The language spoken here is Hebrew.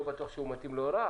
לא בטוח שהוא מתאים להוראה.